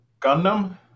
Gundam